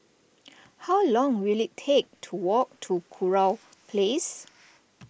how long will it take to walk to Kurau Place